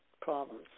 Problems